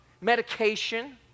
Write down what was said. medication